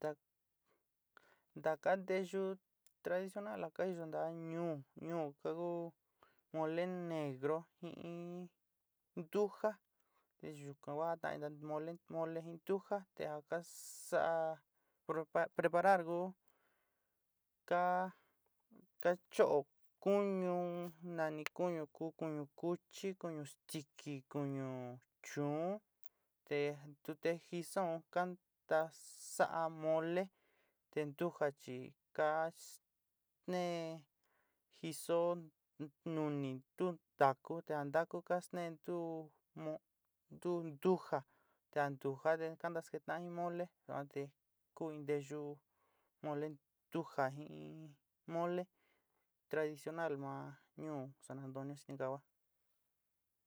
Ntaka nteyu tradicional ja ka iyo ntá ñuú ñuú ka ku mole negro jin ntujá te yuka ku jainna mole jin ntujá te ja ka saá prop preparar ku ka cho'ó kuñu nani kuñu kú, kuñu kuchi, kuñu stiki, kuñu chuún, te ntute jisó kanta sa'a molé te ntuja chi kas neé jiso nuni tun taku te a ntaku kastneé tu no tu ntuja te a ntuja te ka ntasketa'an jin molé yuan te ku in nteyu mole ntuja jin mole tradicional ma ñuú san antonio sinicahua.